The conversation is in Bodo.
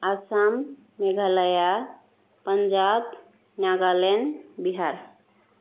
आसाम मेघालया पान्जाब नागालेण्ड बिहार